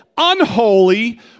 unholy